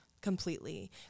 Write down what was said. completely